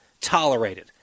tolerated